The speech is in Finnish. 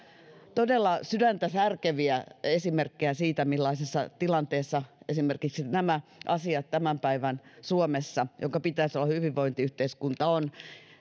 todella sydäntä särkeviä esimerkkejä siitä millaisessa tilanteessa esimerkiksi nämä asiat ovat tämän päivän suomessa jonka pitäisi olla hyvinvointiyhteiskunta